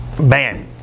Man